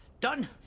Done